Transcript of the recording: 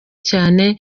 cyane